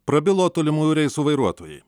prabilo tolimųjų reisų vairuotojai